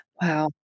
Wow